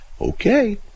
Okay